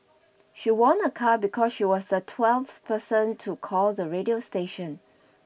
she won a car because she was the twelfth person to call the radio station